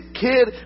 kid